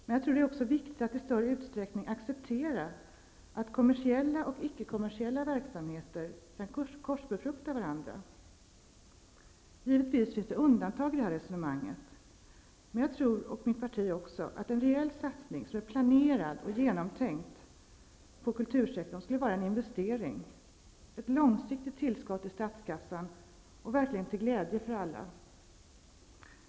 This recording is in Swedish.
Men det är också viktigt att i större utsträckning acceptera att kommersiella och icke-kommersiella verksamheter kan korsbefrukta varandra. Givetvis finns det undantag från det här resonemanget. Men jag och mitt parti tror att en rejäl satsning -- som är planerad och genomtänkt -- på kultursektorn skulle vara en investering. Det skulle ge ett långsiktigt tillskott i statskassan och verkligen vara till glädje för alla.